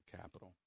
capital